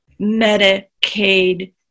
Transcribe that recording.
Medicaid